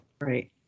right